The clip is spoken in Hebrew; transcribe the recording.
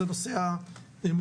היא נושא הממלכתי-חרדי.